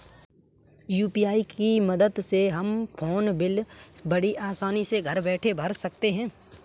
UPI की मदद से हम फ़ोन बिल बड़ी आसानी से घर बैठे भर सकते हैं